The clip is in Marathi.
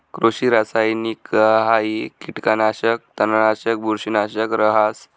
कृषि रासायनिकहाई कीटकनाशक, तणनाशक, बुरशीनाशक रहास